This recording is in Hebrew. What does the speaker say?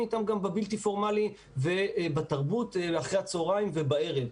איתם גם בבלתי פורמלי ובתרבות אחרי הצוהריים וערב.